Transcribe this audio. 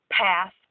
path